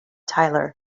tyler